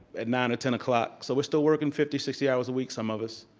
at nine or ten o'clock, so we're still working fifty, sixty hours a week, some of us.